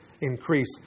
increase